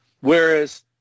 Whereas